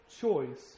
choice